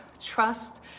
trust